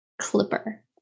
clipper